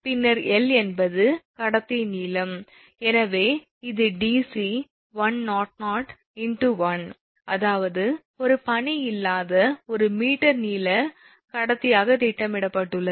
பின்னர் 𝑙 என்பது கடத்தியின் நீளம் எனவே இது 𝑑𝑐100×1 அதாவது இது பனி இல்லாத 1 மீட்டர் நீள கடத்தியாக திட்டமிடப்பட்டுள்ளது